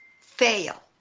fail